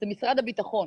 זה משרד הביטחון.